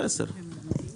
איך עשר?